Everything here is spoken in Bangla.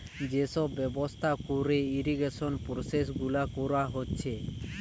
যে সব ব্যবস্থা কোরে ইরিগেশন প্রসেস গুলা কোরা হচ্ছে